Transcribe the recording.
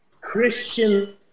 Christian